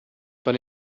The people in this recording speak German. von